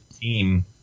team